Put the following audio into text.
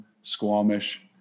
Squamish